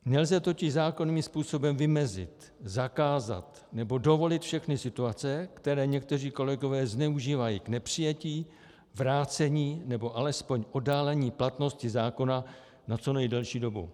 Nelze totiž zákonným způsobem vymezit, zakázat nebo dovolit všechny situace, které někteří kolegové zneužívají k nepřijetí, vrácení nebo alespoň oddálení platnosti zákona na co nejdelší dobu.